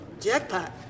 jackpot